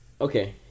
okay